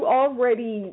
already –